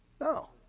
No